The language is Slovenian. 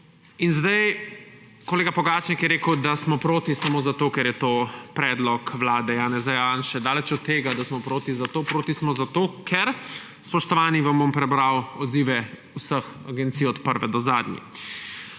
kadrovanje! Kolega Pogačnik je rekel, da smo proti samo zato, ker je to predlog vlade Janeza Janše. Daleč od tega, da smo proti zato. Proti smo zato, ker, spoštovani, vam bom prebral odzive vseh agencij, od prve do zadnje.